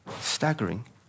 Staggering